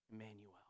Emmanuel